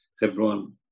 Hebron